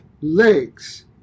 legs